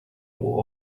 will